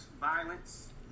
violence